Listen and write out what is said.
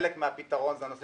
חלק מהפתרון זה העלאת